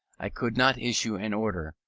i could not issue an order,